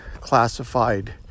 classified